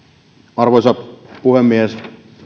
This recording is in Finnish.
arvoisa puhemies